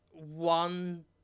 One